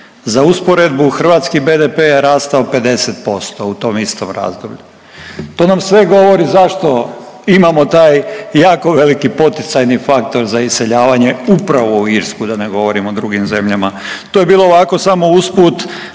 Za usporedbu Hrvatski BDP je rastao 50% u tom istom razdoblju. To nam sve govori zašto imamo taj jako veliki poticajni faktor za iseljavanje upravo u Irsku da ne govorimo o drugim zemljama. To je bilo ovako samo usput,